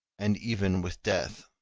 and even with death,